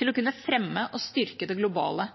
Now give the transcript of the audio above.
til å kunne fremme og styrke det globale